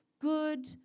good